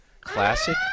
Classic